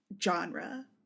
genre